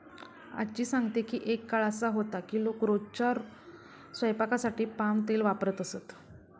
आज्जी सांगते की एक काळ असा होता की लोक रोजच्या स्वयंपाकासाठी पाम तेल वापरत असत